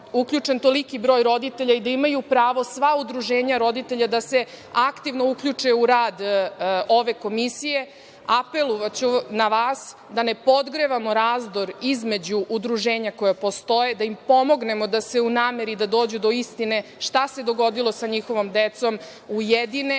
uključen toliki broj roditelja i da imaju pravo sva udruženja roditelja da se aktivno uključe u rad ove Komisije, apelovaću na vas da ne podgrevamo razdor između udruženja koja postoje, da im pomognemo da se u nameri da dođu do istine šta se dogodilo sa njihovom decom ujedine,